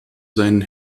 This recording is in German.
seinen